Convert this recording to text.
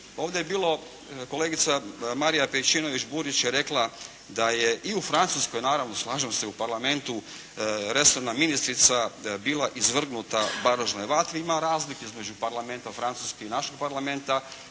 ovdje je bilo, kolegica Marija Pejčinović Burić je rekla da je i u Francuskoj, naravno slažem se u Parlamentu, resorna ministrica bila izvrgnuta baražnoj vatri. Ima razlike između Parlamenta Francuske i našeg Parlamenta,